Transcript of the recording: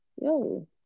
yo